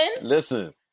Listen